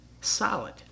solid